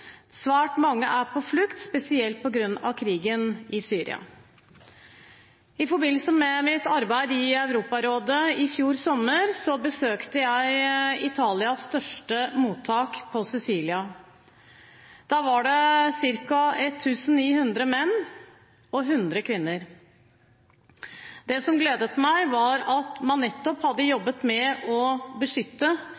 Svært mange er på flukt, spesielt på grunn av krigen i Syria. I forbindelse med mitt arbeid i Europarådet i fjor sommer besøkte jeg Italias største mottak, på Sicilia. Der var det ca. 1 900 menn og 100 kvinner. Det som gledet meg, var at man nettopp hadde